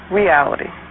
reality